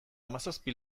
hamazazpi